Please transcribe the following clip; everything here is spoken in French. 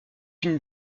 une